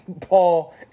Paul